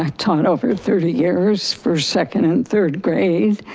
ah taught over thirty years for second and third grade,